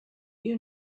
you